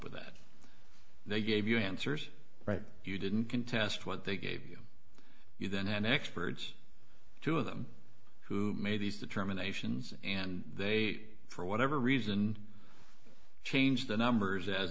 with that they gave you answers right you didn't contest what they gave you then experts two of them who made these determinations and they for whatever reason change the numbers as